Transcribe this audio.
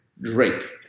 Drake